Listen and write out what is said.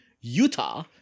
Utah